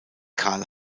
carl